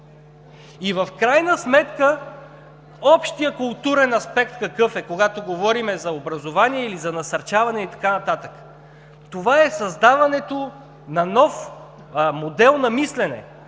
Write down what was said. В крайна сметка общият културен аспект какъв е, когато говорим за образование, за насърчаване и така нататък? Това е създаването на нов модел на мислене